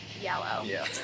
yellow